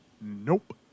nope